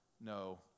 no